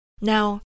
Now